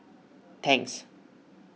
Tangs